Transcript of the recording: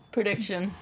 Prediction